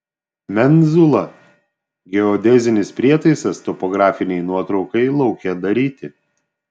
menzula geodezinis prietaisas topografinei nuotraukai lauke daryti